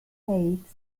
heights